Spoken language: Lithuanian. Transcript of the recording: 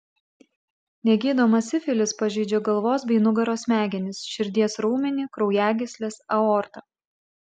negydomas sifilis pažeidžia galvos bei nugaros smegenis širdies raumenį kraujagysles aortą